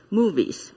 movies